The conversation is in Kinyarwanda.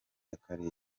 akarere